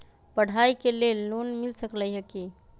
पढाई के लेल लोन मिल सकलई ह की?